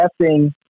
guessing